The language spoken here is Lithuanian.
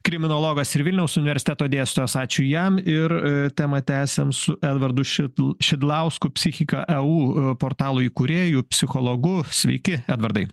kriminologas ir vilniaus universiteto dėstytojas ačiū jam ir temą tęsiam su edvardu šitl šidlausku psichika e u portalo įkūrėjų psichologu sveiki edvardai